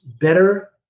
better